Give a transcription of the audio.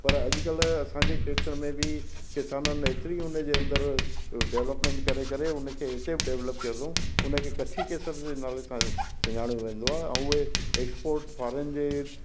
पर अॼुकल्ह असांजे खेतनि में बि किसाननि एतिरी हुनजे अंदरि डेवलॉपमेंट करे करे हुनखे हिते बि डेवलॉप कयो अथऊं हुनखे कच्छी केसर जे नाले सां सुञाणे वेंदो आहे ऐं उहे एक्सपोट फ़ॉरेन जे